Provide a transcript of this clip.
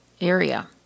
area